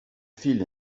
fil